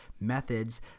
methods